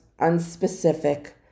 unspecific